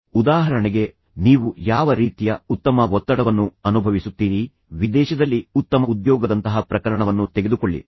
ಉದಾಹರಣೆಗೆ ನೀವು ಯಾವ ರೀತಿಯ ಉತ್ತಮ ಒತ್ತಡವನ್ನು ಅನುಭವಿಸುತ್ತೀರಿ ವಿದೇಶದಲ್ಲಿ ಉತ್ತಮ ಉದ್ಯೋಗದಂತಹ ಪ್ರಕರಣವನ್ನು ತೆಗೆದುಕೊಳ್ಳಿ